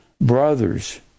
brothers